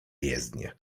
jezdnię